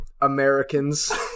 Americans